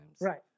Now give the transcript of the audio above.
Right